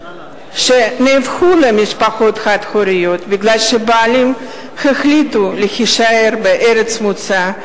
שנהפכו למשפחות חד-הוריות כי הבעלים החליטו להישאר בארץ המוצא,